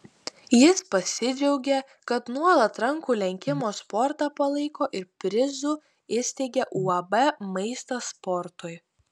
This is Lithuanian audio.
jis pasidžiaugė kad nuolat rankų lenkimo sportą palaiko ir prizų įsteigia uab maistas sportui